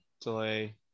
delay